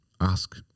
ask